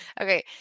Okay